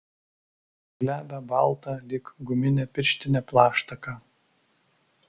glebią baltą lyg guminė pirštinė plaštaką